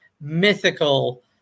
mythical